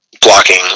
blocking